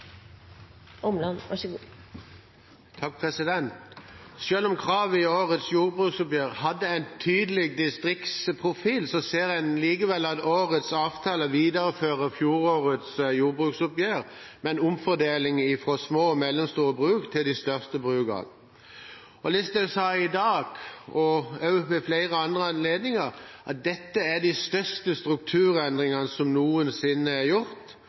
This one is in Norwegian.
om kravet i årets jordbruksoppgjør hadde en tydelig distriktsprofil, ser en likevel at årets avtale viderefører fjorårets jordbruksoppgjør, med en omfordeling fra små og mellomstore bruk til de største brukene. Listhaug sa i dag, og har også sagt ved flere andre anledninger, at dette er de største strukturendringene som noensinne er gjort.